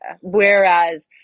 Whereas